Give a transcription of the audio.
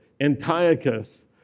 Antiochus